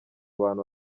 bantu